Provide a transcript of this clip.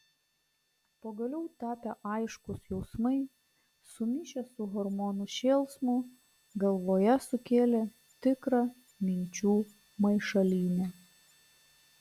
pagaliau tapę aiškūs jausmai sumišę su hormonų šėlsmu galvoje sukėlė tikrą minčių maišalynę